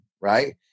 Right